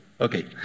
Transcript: Okay